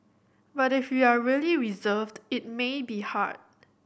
but if you are really reserved it may be hard